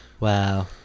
Wow